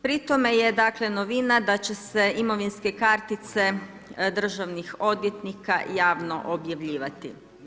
Pri tome je dakle, novina da će se imovinske kartice državnih odvjetnika javno objavljivati.